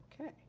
Okay